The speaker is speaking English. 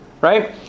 Right